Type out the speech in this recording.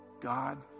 God